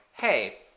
Hey